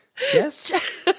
Yes